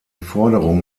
forderung